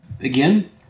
Again